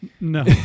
No